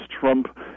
Trump